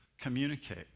communicate